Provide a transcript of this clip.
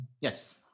Yes